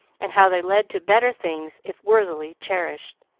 and how they led to better things, if worthily cherished.